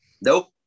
nope